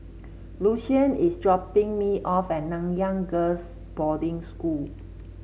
Lucian is dropping me off at Nanyang Girls' Boarding School